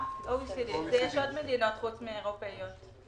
יש עוד מדינות חוץ מהאירופאיות.